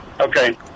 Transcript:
Okay